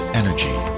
energy